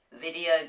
video